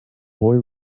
boy